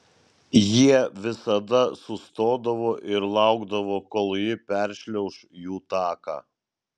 jie visada sustodavo ir laukdavo kol ji peršliauš jų taką